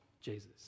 jesus